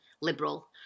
liberal